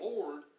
Lord